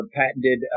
patented